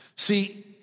See